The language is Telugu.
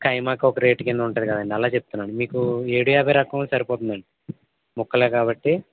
ఖైమాకి ఒక రేటు కింద ఉంటది కదండి అలా చెప్తున్నాను మీకు ఏడు యాభై రకం సరిపోతుందండి ముక్కలే కాబట్టి